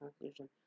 conclusion